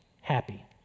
happy